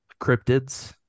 cryptids